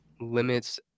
limits